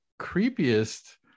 creepiest